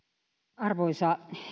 arvoisa